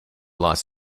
los